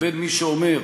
בין מי שאומר: